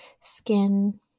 skin